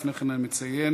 לפני כן אני אציין